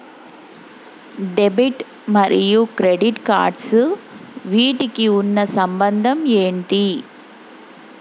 Debit మరియు credit cards వీటికి ఉన్న సంబంధం ఏంటి?